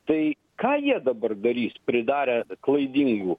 tai ką jie dabar darys pridarę klaidingų